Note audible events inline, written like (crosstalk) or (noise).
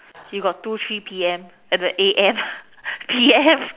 you got two three P_M (noise) A_M (noise) P_M